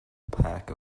pack